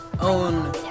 own